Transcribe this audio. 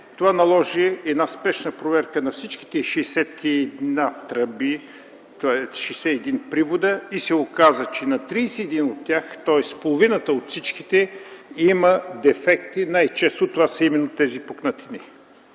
това наложи спешна проверка на всички 61 тръби, това са 61 привода и се оказа, че на 31 от тях, тоест половината от всички, има дефекти. Най-често това са именно тези пукнатини.